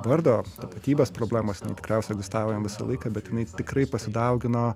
vardo tapatybės problemos tikriausiai egzistavo jam visą laiką bet jinai tikrai pasidaugino